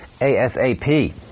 ASAP